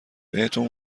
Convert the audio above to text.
بهتون